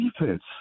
defense